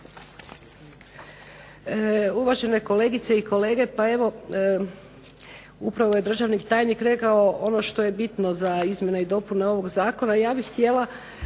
Uvažene kolegice i kolege pa evo upravo je državni tajnik rekao ono što je bitno za izmjene i dopune ovoga zakona, ja bih htjela